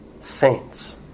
saints